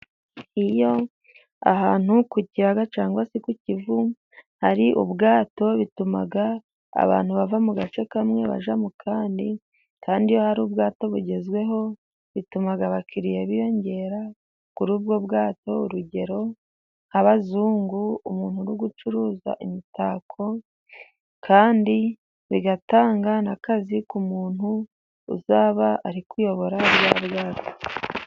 Iyo ahantu ku kiyaga cyangwa se ku kivu hari ubwato， bituma abantu bava mu gace kamwe bajya mu kandi, kandi iyo hari ubwato bugezweho bituma abakiriya biyongera kuri ubwo bwato, urugero nk’abazungu，umuntu uri gucuruza imitako，kandi bigatanga n’akazi ku muntu uzaba ari kuyobora bwa bwato.